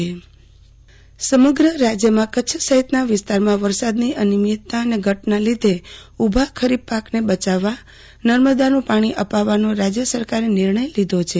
આરતી ભટ રાજય સરકાર નર્મદાનું પાણો સમગ્ર રાજયમાં કચ્છ સહિતના વિસ્તારમાં વરસાદની અનિયમિતતા અને ઘટના લીધે ઉભા ખરીફ પાકને બચાવવા નર્મદાનું પાણો અપાવવાનો રાજય સરકારે નિર્ણય લીધો છે